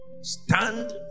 stand